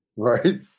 Right